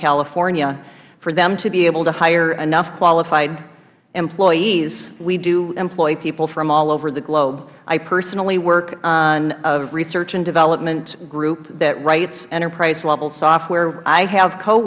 california for them to be able to hire enough qualified employees we do employ people from all over the globe i personally work on a research and development group that writes enterprise level software i have co